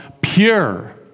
pure